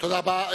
תודה רבה.